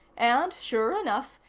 and, sure enough,